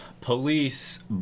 police